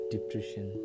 depression